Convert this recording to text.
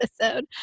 episode